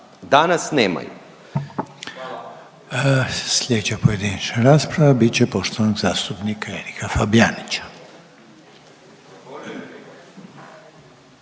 Željko (HDZ)** Sljedeća pojedinačna rasprava bit će poštovanog zastupnika Erika Fabijanića.